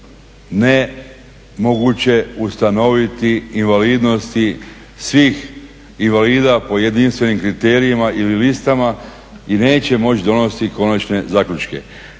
nemoguće ustanoviti invalidnosti svih invalida po jedinstvenim kriterijima ili listama i neće moći donositi konačne zaključke.